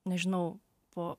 nežinau po